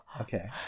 Okay